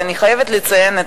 אבל אני חייבת לציין,